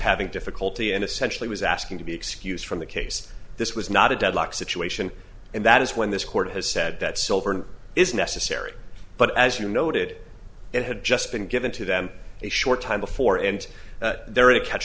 having difficulty and essentially was asking to be excused from the case this was not a deadlock situation and that is when this court has said that silver is necessary but as you noted it had just been given to them a short time before and there is a catch